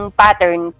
pattern